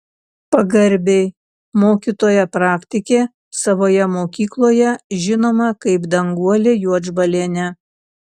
pagarbiai mokytoja praktikė savoje mokykloje žinoma kaip danguolė juodžbalienė